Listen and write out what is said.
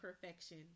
perfection